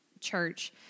church